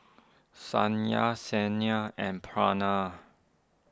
Satya Saina and Pranav